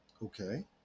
Okay